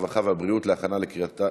הרווחה והבריאות נתקבלה.